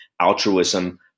altruism